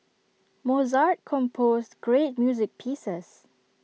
Mozart composed great music pieces